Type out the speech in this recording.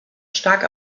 stark